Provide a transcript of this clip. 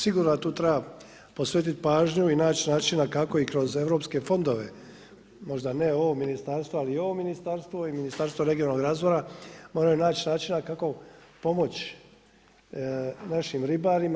Sigurno da tu treba posvetit pažnju i naći načina kako i kroz europske fondove, možda ne ovo ministarstvo ali i ovo ministarstvo i Ministarstvo regionalnog razvoja moraju naći načina kako pomoći našim ribarima.